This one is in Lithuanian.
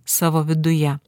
savo viduje